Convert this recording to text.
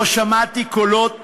לא שמעתי קולות